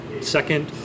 Second